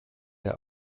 der